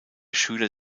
schüler